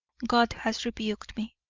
god has rebuked me.